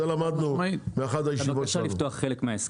זה למדנו באחת הישיבות שלנו,